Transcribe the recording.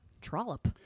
trollop